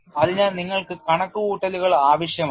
അതിനാൽ നിങ്ങൾക്ക് കണക്കുകൂട്ടലുകൾ ആവശ്യമാണ്